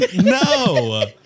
No